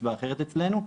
קצבה אחרת אצלנו,